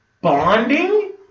bonding